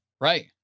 Right